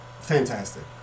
fantastic